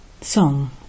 Song